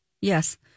Yes